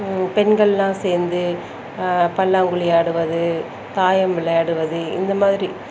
பெண்கள்லாம் சேர்ந்து பல்லாங்குழி ஆடுவது தாயம் விளையாடுவது இந்தமாதிரி